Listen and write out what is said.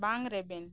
ᱵᱟᱝ ᱨᱮᱵᱮᱱ